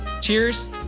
Cheers